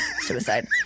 suicide